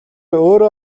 өөрөө